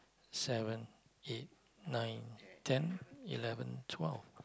seven eight nine ten eleven twelve